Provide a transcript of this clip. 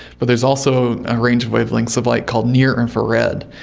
but there is also a range of wavelengths of light called near infrared,